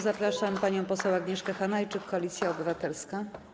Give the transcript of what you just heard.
Zapraszam panią poseł Agnieszkę Hanajczyk, Koalicja Obywatelska.